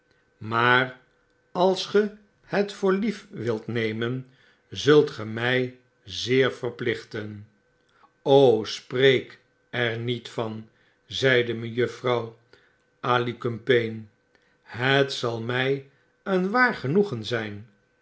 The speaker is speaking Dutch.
maar als ge hec voor lief wilt nemen zult ge mg zeer verplichten spreek er niet van zeide mejuffrouw alicumpaine het zal mg een waar genoegen zgn